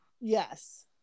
Yes